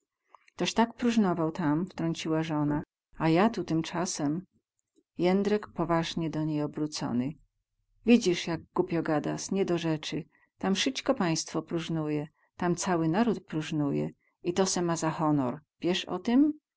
toś tak próżnował tam wtrąciła żona a ja tu tym casem jędrek poważnie do niej obrócony widzis jak głupio gadas nie do rzecy tam wsyćko państwo próżnuje tam cały naród próżnuje i to se ma za honor wies o tym